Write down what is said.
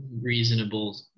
reasonable –